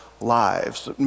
lives